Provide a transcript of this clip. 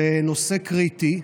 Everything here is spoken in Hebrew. זה נושא קריטי,